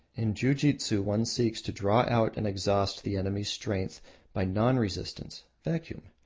in jiu-jitsu one seeks to draw out and exhaust the enemy's strength by non-resistance, vacuum,